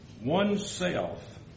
oneself